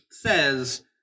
says